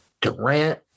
Durant